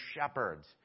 shepherds